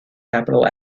capital